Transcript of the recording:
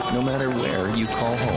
no matter where you call